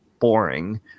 boring